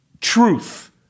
truth